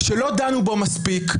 שלא דנו בו מספיק,